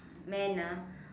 man ah